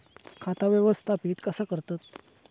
खाता व्यवस्थापित कसा करतत?